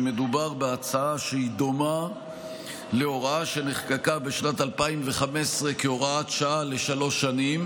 שמדובר בהצעה שהיא דומה להוראה שנחקקה בשנת 2015 כהוראת שעה לשלוש שנים,